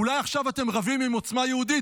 אולי עכשיו אתם רבים עם עוצמה יהודית,